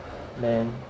men